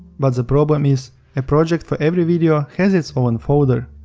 but the problem is a project for every video has its own folder.